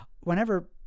whenever